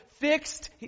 fixed